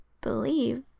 believe